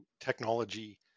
technology